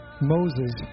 Moses